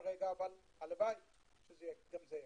- הלוואי שגם זה יגיע.